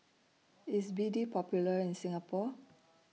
IS B D Popular in Singapore